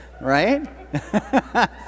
Right